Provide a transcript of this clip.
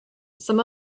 some